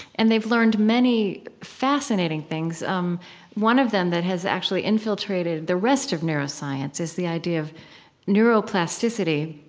and they've learned many fascinating things. um one of them that has actually infiltrated the rest of neuroscience is the idea of neuroplasticity.